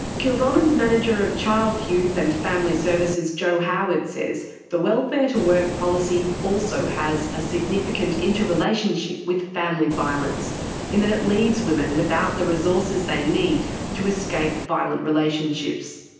kildonan's manager of child, youth and family services, jo howard, says the welfare to work policy also has a significant inter-relationship with family violence in that it leaves women without the resources they need to escape violent relationships.